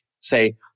say